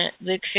Luke